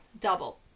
double